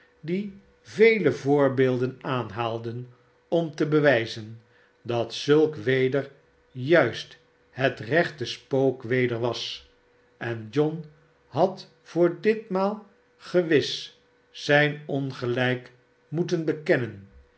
die vele voorbeelden aanhaalden om te bewijzen dat zulk weder juist het rechte spookweder was en john had voor ditmaal gewis zijn ongelijk moeten bekennen